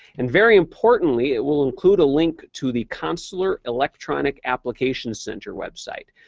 and very importantly, it will include a link to the consular electronic application center website.